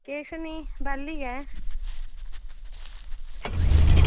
किश निं बेह्ली ऐं